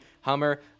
Hummer